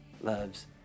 loves